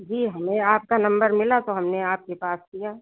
जी हमें आपका नंबर मिला तो हमने आपके पास किया